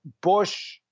Bush